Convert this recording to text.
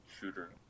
shooter